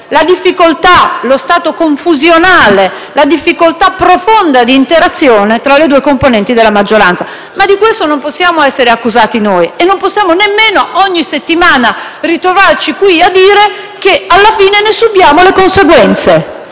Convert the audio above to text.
la difficoltà, lo stato confusionale, la profonda difficoltà di interazione tra le due componenti della maggioranza. Di questo, però, non possiamo essere accusati noi e non possiamo nemmeno ogni settimana ritrovarci qui a dire che alla fine ne subiamo le conseguenze,